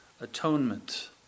atonement